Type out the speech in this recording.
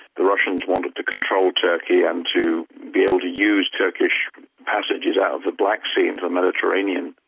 the russians wanted to control turkey and to be able to use turkish passages out of the black sea into the mediterranean,